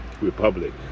republic